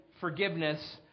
forgiveness